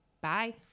Bye